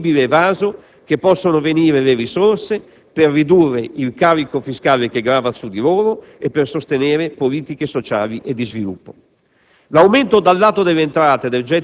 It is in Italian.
perché è dal recupero dell'imponibile evaso che possono venire le risorse per ridurre il carico fiscale che grava su di loro e per sostenere politiche sociali e di sviluppo.